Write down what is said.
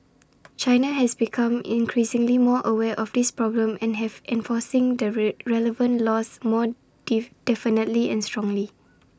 China has become increasingly more aware of this problem and have been enforcing the red relevant laws more dee definitely and strongly